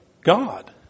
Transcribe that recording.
god